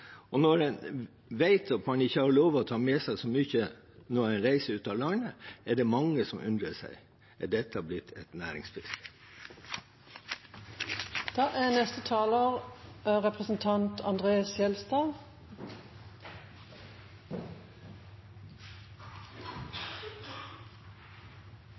Og når en vet at en ikke har lov til å ta med seg så mye når en reiser ut av landet, er det mange som undrer seg: Er dette blitt et næringsfiske? Det er